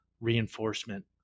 reinforcement